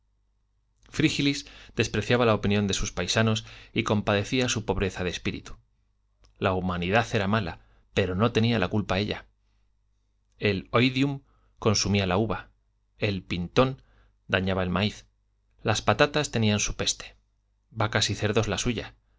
frígilis despreciaba la opinión de sus paisanos y compadecía su pobreza de espíritu la humanidad era mala pero no tenía la culpa ella el oidium consumía la uva el pintón dañaba el maíz las patatas tenían su peste vacas y cerdos la suya